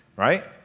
right?